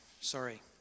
Sorry